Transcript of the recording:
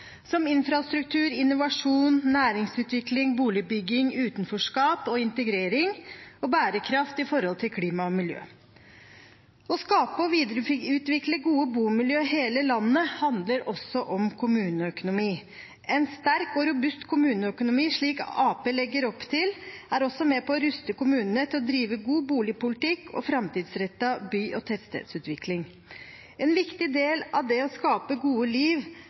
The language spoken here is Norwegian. som infrastruktur, innovasjon, næringsutvikling, boligbygging, utenforskap og integrering, og bærekraft med tanke på klima og miljø. Å skape og videreutvikle gode bomiljø i hele landet handler også om kommuneøkonomi. En sterk og robust kommuneøkonomi, slik Arbeiderpartiet legger opp til, er også med på å ruste kommunene til å drive en god boligpolitikk og en framtidsrettet by- og tettstedsutvikling. En viktig del av det å skape et godt liv er å skape gode